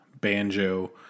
Banjo